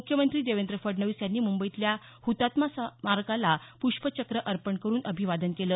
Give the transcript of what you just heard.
मुख्यमंत्री देवेंद्र फडणवीस यांनी मुंबईतल्या हतात्मा स्मारकाला पुष्पचक्र अर्पण करुन अभिवादन केलं